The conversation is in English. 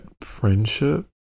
friendship